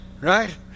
right